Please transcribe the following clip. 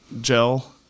gel